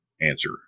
answer